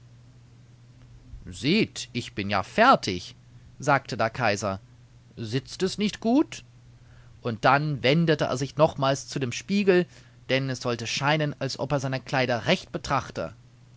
seht ich bin ja fertig sagte der kaiser sitzt es nicht gut und dann wendete er sich nochmals zu dem spiegel denn es sollte scheinen als ob er seine kleider recht betrachte